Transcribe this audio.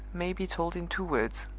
may be told in two words.